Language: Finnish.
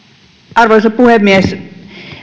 arvoisa puhemies